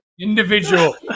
Individual